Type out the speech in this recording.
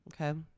Okay